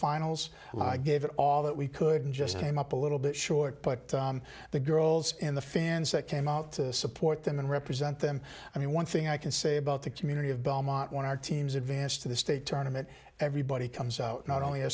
finals gave it all that we couldn't just came up a little bit short but the girls in the fans that came out to support them and represent them i mean one thing i can say about the community of belmont when our teams advance to the state tournament everybody comes out not only a